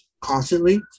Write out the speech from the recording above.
constantly